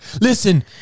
Listen